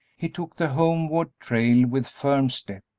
he took the homeward trail with firm step,